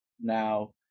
now